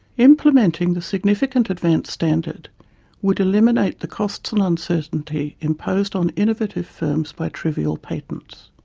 implementing the significant advance standard would eliminate the costs and uncertainty imposed on innovative firms by trivial patents.